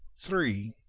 three.